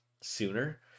sooner